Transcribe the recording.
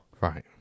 Right